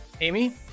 Amy